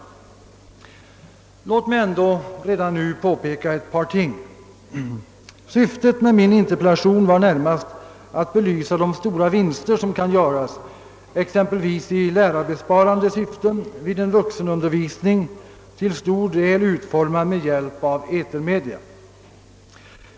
Men låt mig ändå redan nu påpeka ett par saker. Syftet med min interpellation var närmast att belysa de stora vinster som kan göras i exempelvis lärarbesparande syfte vid en vuxenundervisning som till stor del utformas med hjälp av etermedia.